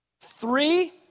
Three